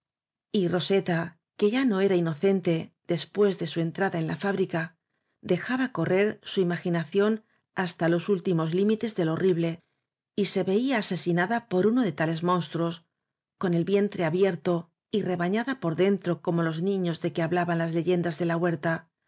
roseta que ya no era inocente después de su entrada en la fábrica dejaba correr su imagi nación hasta los últimos límites de lo horrible y se veía asesinada por uno de tales monstruos con el vientre abierto y rebañada por dentro como los niños de que hablaban las leyendas de la huerta